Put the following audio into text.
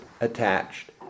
attached